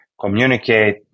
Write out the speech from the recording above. communicate